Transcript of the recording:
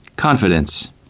Confidence